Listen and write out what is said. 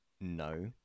No